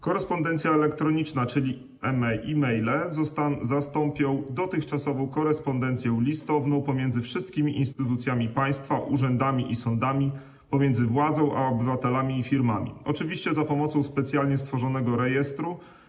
Korespondencja elektroniczna, czyli e-maile, zastąpią dotychczasową korespondencję listowną pomiędzy wszystkimi instytucjami państwa, urzędami i sądami, pomiędzy władzą a obywatelami i firmami, oczywiście za pomocą specjalnie stworzonego rejestru.